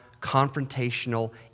confrontational